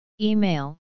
Email